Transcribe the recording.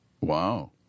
Wow